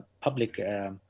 public